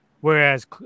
Whereas